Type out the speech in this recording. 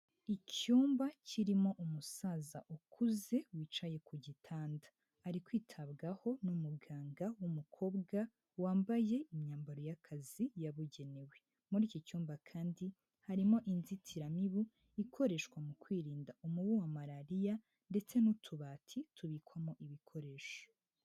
Icyumba kirimo umusaza ukuze wicaye ku gitanda, ari kwitabwaho n'umuganga w'umukobwa wambaye imyambaro y'akazi yabugenewe. Muri iki cyumba kandi harimo inzitiramibu ikoreshwa mu kwirinda umubu wa malariya ndetse n'utubati tubikwamo ibikoresho.